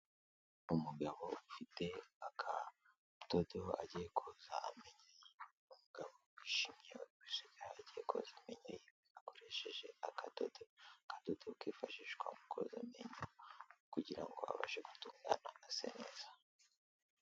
Umugabo ufite akadodo agiye koza amenyo ye, ni umugabo wishimye wishimiye ko agiye koza amenyo ye akoresheje akadodo, akadodo kifashishwa mu koza amenyo kugira ngo abashe gutungana ase neza.